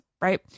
right